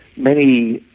many